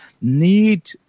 need